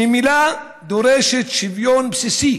שממילא דורשת שוויון בסיסי